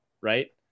right